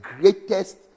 greatest